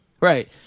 Right